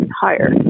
higher